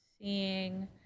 Seeing